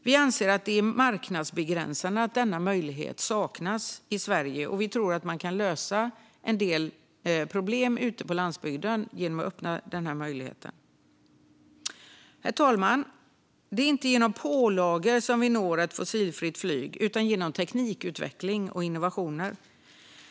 Vi anser att det är marknadsbegränsande att denna möjlighet saknas i Sverige, och vi tror att man kan lösa en del problem på landsbygden genom att öppna denna möjlighet. Herr talman! Det är inte genom pålagor som vi når ett fossilfritt flyg utan genom teknikutveckling och innovationer.